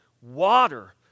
water